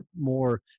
more